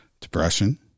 Depression